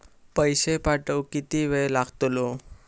पैशे पाठवुक किती वेळ लागतलो?